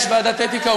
יש ועדת אתיקה,